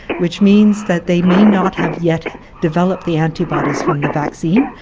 which means that they may not have yet developed the antibodies from the vaccine.